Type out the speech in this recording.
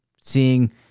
seeing